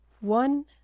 one